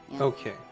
Okay